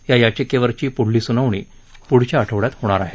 या याचिकेवरची पुढली सुनावणी पुढच्या आठवड्यात होणार आहे